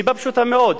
מסיבה פשוטה מאוד,